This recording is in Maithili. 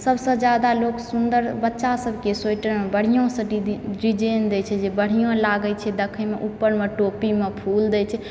सभसँ जादा लोक सुन्दर बच्चा सभके स्वेटरमे बढ़िआँसँ डिजाइन दैत छै जे बढ़िआँ लागैत छै देखयमे ऊपरमे टोपीमे फूल दैत छै